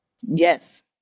Yes